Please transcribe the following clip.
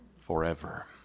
forever